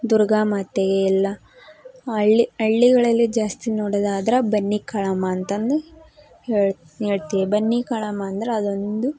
ದುರ್ಗಾ ಮಾತೆಗೆ ಎಲ್ಲ ಹಳ್ಳಿ ಹಳ್ಳಿಗಳಲ್ಲಿ ಜಾಸ್ತಿ ನೋಡೋದಾದ್ರೆ ಬನ್ನಿ ಕಾಳಮ್ಮ ಅಂತಂದು ಹೇಳಿ ಹೇಳ್ತೀವ್ ಬನ್ನಿ ಕಾಳಮ್ಮ ಅಂದ್ರೆ ಅದೊಂದು